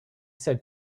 said